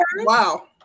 Wow